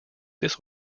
this